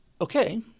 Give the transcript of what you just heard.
Okay